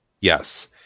Yes